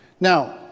Now